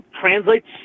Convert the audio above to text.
translates